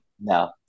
No